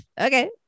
Okay